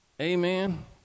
Amen